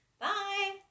bye